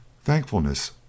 Thankfulness